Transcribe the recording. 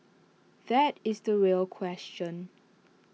that is the real question